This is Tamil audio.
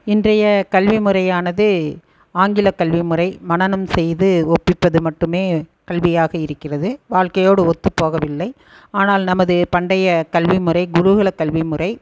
இன்றைய கல்விமுறையானது ஆங்கில கல்விமுறை மனானம் செய்து ஒப்பிப்பது மட்டுமே கல்வியாக இருக்கிறது வாழ்க்கையோடு ஒத்துப்போகவில்லை ஆனால் நமது பண்டைய கல்விமுறை குருகுல கல்விமுறை